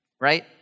right